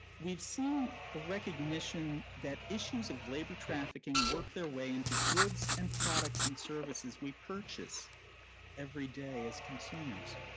we've seen recognition that issues of labor trafficking work their way into goods, and products, and services we purchase every day as consumers,